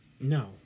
No